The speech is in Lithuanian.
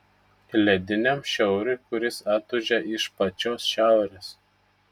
lediniam šiauriui kuris atūžia iš pačios šiaurės